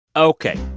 ok.